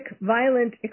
violent